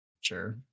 Sure